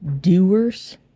doers